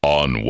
on